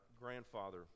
grandfather